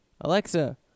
Alexa